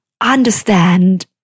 understand